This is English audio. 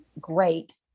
great